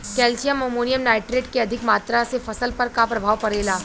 Calcium ammonium nitrate के अधिक मात्रा से फसल पर का प्रभाव परेला?